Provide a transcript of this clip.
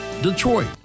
Detroit